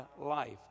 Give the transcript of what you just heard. life